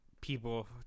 people